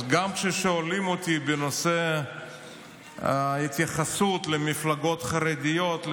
אז גם כששואלים אותי בנושא ההתייחסות למפלגות חרדיות,